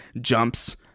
jumps